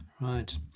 right